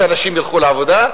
שהנשים ילכו לעבודה,